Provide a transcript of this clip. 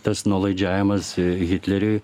tas nuolaidžiavimas hitleriui